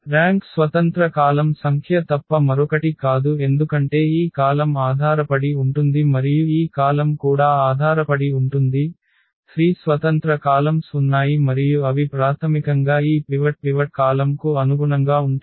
rank స్వతంత్ర column సంఖ్య తప్ప మరొకటి కాదు ఎందుకంటే ఈ కాలమ్ ఆధారపడి ఉంటుంది మరియు ఈ కాలమ్ కూడా ఆధారపడి ఉంటుంది 3 స్వతంత్ర కాలమ్స్ ఉన్నాయి మరియు అవి ప్రాథమికంగా ఈ పివట్ కాలమ్కు అనుగుణంగా ఉంటాయి